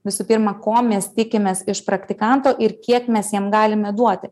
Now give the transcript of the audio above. visų pirma ko mes tikimės iš praktikanto ir kiek mes jam galime duoti